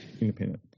Independent